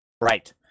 Right